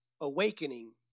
awakening